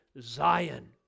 Zion